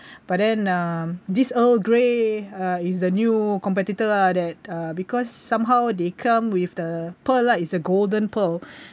but then um this earl grey uh is the new competitor ah that uh because somehow they come with the pearl lah is a golden pearl